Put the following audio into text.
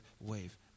wave